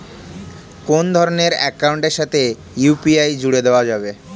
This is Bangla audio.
কোন ধরণের অ্যাকাউন্টের সাথে ইউ.পি.আই জুড়ে দেওয়া যাবে?